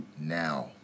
now